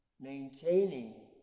maintaining